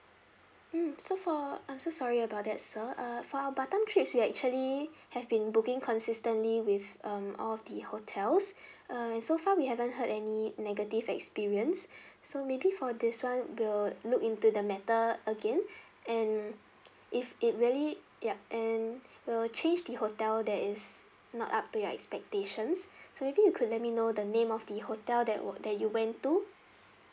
mm so for I'm so sorry about that sir uh for our batam trips we actually have been booking consistently with um all of the hotels uh and so far we haven't heard any negative experience so maybe for this [one] we'll look into the matter again and if it really yup and we'll change the hotel that is not up to your expectations so maybe you could let me know the name of the hotel that were that you went to